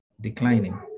declining